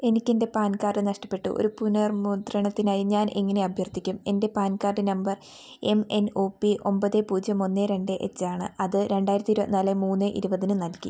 എനിക്ക് എൻ്റെ PAN card നഷ്ടപ്പെട്ടു ഒരു പുനർമുദ്രണത്തിനായി ഞാൻ എങ്ങനെ അഭ്യർത്ഥിക്കും എൻ്റെ PAN card number M N O P ഒമ്പത് പൂജ്യം ഒന്ന് രണ്ട് എച്ച് ആണ് അത് രണ്ടായിരത്തി ഇരുപത്തി നാല് മൂന്ന് ഇരുപതിന് നൽകി